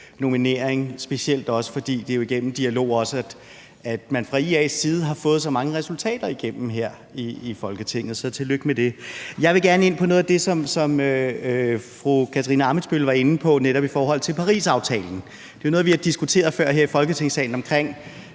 nominering, specielt fordi det også er igennem dialog, at man fra IA's side har fået så mange resultater her i Folketinget, så tillykke med det. Jeg vil gerne ind på noget af det, som fru Katarina Ammitzbøll var inde på, netop i forhold til Parisaftalen. Det er noget, vi har diskuteret før her i Folketingssalen: en